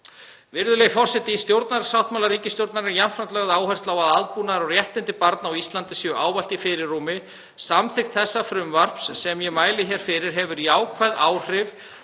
Virðulegi forseti. Í stjórnarsáttmála ríkisstjórnarinnar er jafnframt lögð áhersla á að aðbúnaður og réttindi barna á Íslandi séu ávallt í fyrirrúmi. Samþykkt þessa frumvarps sem ég mæli hér fyrir hefur jákvæð áhrif